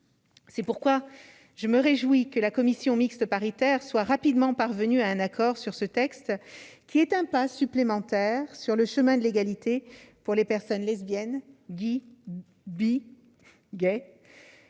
C'est pourquoi je me réjouis que la commission mixte paritaire soit rapidement parvenue à un accord sur ce texte, qui est un pas supplémentaire sur le chemin de l'égalité pour les personnes lesbiennes, gays,